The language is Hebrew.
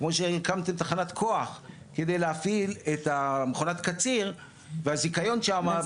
כמו שהקמתם תחנת כוח כדי להפעיל את מכונת הקציר והזיכיון שמה.